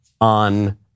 on